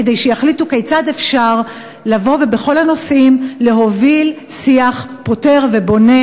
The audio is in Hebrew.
כדי שיחליטו כיצד אפשר לבוא ובכל הנושאים להוביל שיח פותר ובונה,